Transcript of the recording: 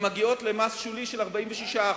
שמגיעות למס שולי של 46%,